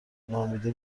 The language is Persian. نامیده